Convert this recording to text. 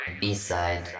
B-side